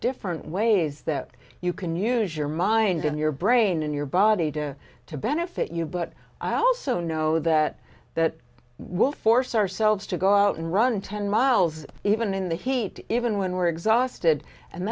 different ways that you can use your mind in your brain in your body to to benefit you but i also know that that will force ourselves to go out and run ten miles even in the heat even when we're exhausted and